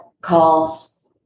calls